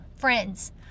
friends